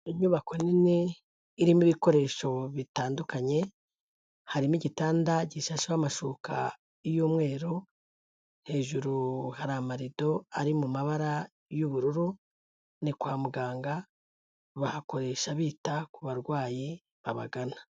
Inyubako nini irimo ibikoresho bitandukanye, harimo igitanda gishasheho amashuka y'umweru, hejuru hari amarido ari mu mabara y'ubururu, ni kwa muganga bahakoresha bita ku barwayi babagana.